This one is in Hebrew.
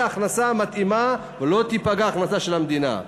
הכנסה מתאימה ולא תיפגע ההכנסה של המדינה.